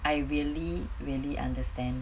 I really really understand